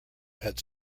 had